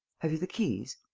have you the keys?